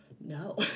no